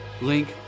link